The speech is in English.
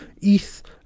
ETH